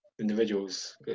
individuals